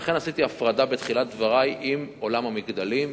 לכן, עשיתי הפרדה בתחילת דברי מעולם המגדלים.